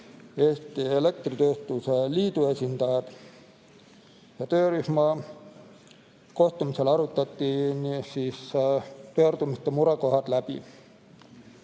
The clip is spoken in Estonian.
Eesti Elektritööstuse Liidu esindajad. Töörühma kohtumisel arutati pöördumiste murekohad läbi.